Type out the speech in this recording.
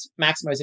maximizing